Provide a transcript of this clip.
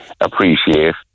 appreciate